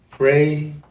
Pray